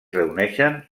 reuneixen